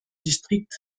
district